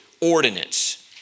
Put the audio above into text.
ordinance